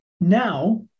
Now